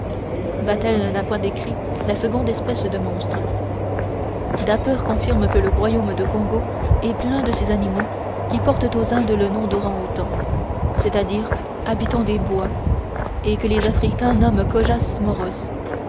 battel n'a point décrit la seconde espèce de monstre dapper confirme que le royaume de congo est plein de ces animaux qui portent aux indes le nom dorang outang c'est-à-dire habitants des bois et que les africains nomment